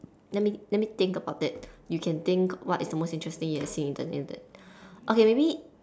let me let me think about it you can think what is the most interesting thing you have seen on the Internet okay maybe